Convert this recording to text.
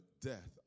death